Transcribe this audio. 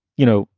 you know,